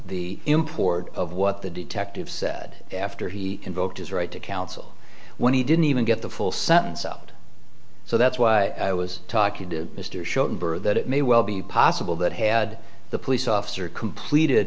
the import of what the detective said after he invoked his right to counsel when he didn't even get the full sentence out so that's why i was talking to mr schoenberger that it may well be possible that had the police officer completed